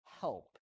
help